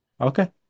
Okay